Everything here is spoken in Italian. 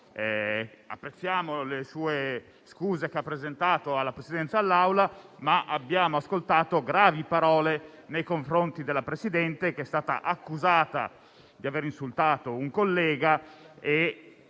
apprezziamo le scuse che ha presentato alla Presidenza e all'Assemblea, ma abbiamo ascoltato gravi parole nei confronti della Presidente, che è stata accusata di aver insultato un collega.